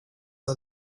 are